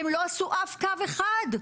הם לא עשו אף קו אחד,